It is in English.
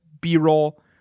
b-roll